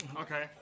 Okay